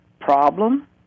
problem